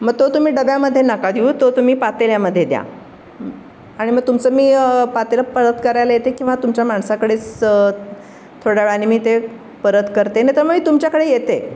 मग तो तुम्ही डब्यामध्ये नका देऊ तो तुम्ही पातेल्यामध्ये द्या आणि मग तुमचं मी पातेलं परत करायला येते किंवा तुमच्या माणसाकडेच थोड्या वेळाने मी ते परत करते नाही तर मी तुमच्याकडे येते